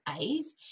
A's